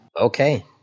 Okay